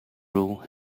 rule